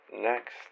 Next